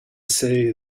say